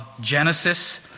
Genesis